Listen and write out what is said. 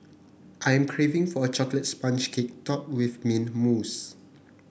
I am craving for a chocolate sponge cake topped with mint mousse